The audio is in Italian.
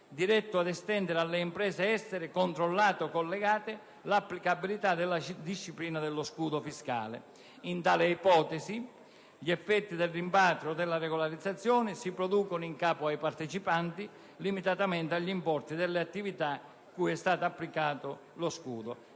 diretto ad estendere alle imprese estere, controllate o collegate, l'applicabilità della disciplina dello scudo fiscale. In tale ipotesi, gli effetti del rimpatrio o della regolarizzazione si producono in capo ai partecipanti limitatamente agli importi delle attività cui è stato applicato lo scudo